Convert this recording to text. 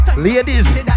Ladies